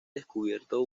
descubierto